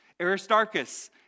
Aristarchus